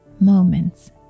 moments